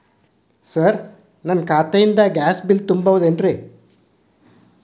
Sir ನನ್ನ ಖಾತೆಯಿಂದ gas bill ತುಂಬಹುದೇನ್ರಿ?